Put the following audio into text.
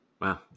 Wow